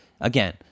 again